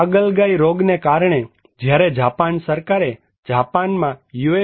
પાગલ ગાય રોગને કારણે જ્યારે જાપાન સરકારે જાપાનમાં યુ